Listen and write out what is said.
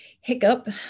hiccup